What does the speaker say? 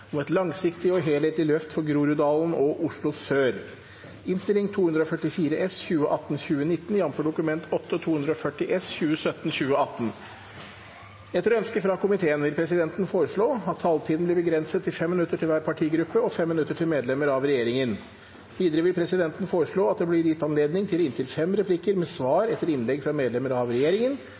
vil presidenten foreslå at taletiden blir begrenset til 5 minutter til hver partigruppe og 5 minutter til medlemmer av regjeringen. Videre vil presidenten foreslå at det – innenfor den fordelte taletid – blir gitt anledning til inntil fem replikker med svar etter innlegg fra medlemmer av regjeringen,